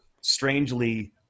strangely